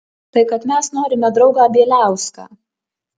tai kad mes norime draugą bieliauską